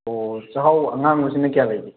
ꯑꯣ ꯆꯥꯛꯍꯥꯎ ꯑꯉꯥꯡꯕꯁꯤꯅ ꯀꯌꯥ ꯂꯩꯒꯦ